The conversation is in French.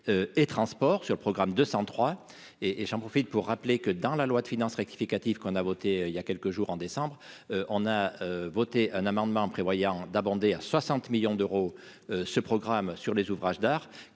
et transport sur le programme 203 et et j'en profite pour rappeler que dans la loi de finances rectificative qu'on a voté il y a quelques jours, en décembre, on a voté un amendement prévoyant d'abonder à 60 millions d'euros, ce programme sur les ouvrages d'art